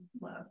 love